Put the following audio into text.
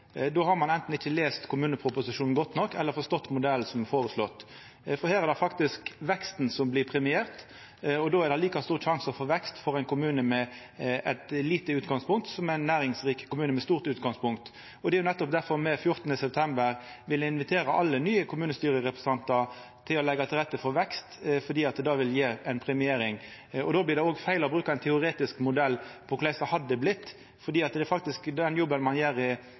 Då har ein anten ikkje lese kommuneproposisjonen godt nok eller ikkje forstått modellen som er føreslått. Her er det faktisk veksten som blir premiert, og då er det like stor sjanse for vekst for ein kommune med eit lite utgangspunkt som for ein næringsrik kommune med stort utgangspunkt. Det er nettopp difor me 14. september vil invitera alle nye kommunestyrerepresentantar til å leggja til rette for vekst, fordi det vil gje ei premiering. Då blir det feil å bruka ein teoretisk modell for korleis det kunne ha vorte, for det er faktisk den jobben ein gjer frå i